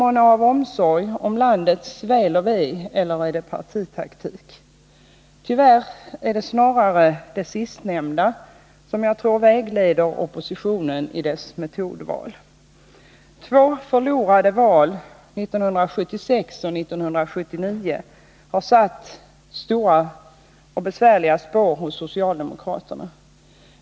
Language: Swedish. Är det av omsorg om landets väl eller är det partitaktik? Jag tror att det tyvärr snarare är det sistnämnda som vägleder oppositionen i dess metodval. Två förlorade val — 1976 och 1979 — har satt stora och besvärliga spår hos socialdemokraterna.